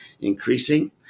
increasing